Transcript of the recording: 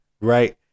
right